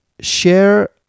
share